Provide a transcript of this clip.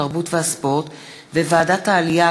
התרבות והספורט וועדת העלייה,